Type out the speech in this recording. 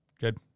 Good